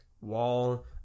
wall